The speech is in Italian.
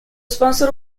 sponsor